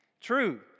True